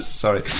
Sorry